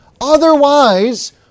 Otherwise